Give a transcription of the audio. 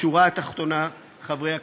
בשורה התחתונה, חברי הכנסת,